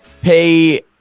pay